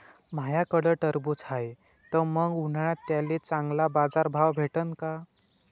माह्याकडं टरबूज हाये त मंग उन्हाळ्यात त्याले चांगला बाजार भाव भेटन का?